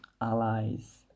allies